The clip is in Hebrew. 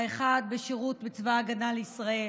האחד בשירות בצבא ההגנה לישראל,